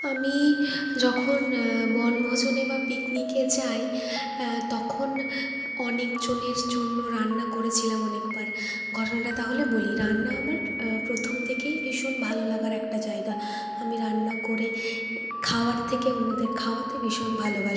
আমি যখন বনভোজনে বা পিকনিকে যাই তখন অনেকজনের জন্য রান্না করেছিলাম অনেকবার ঘটনাটা তাহলে বলি রান্না আমার প্রথম থেকেই ভীষণ ভালো লাগার একটা জায়গা আমি রান্না করে খাওয়ার থেকে অন্যদের খাওয়াতে ভীষণ ভালোবাসি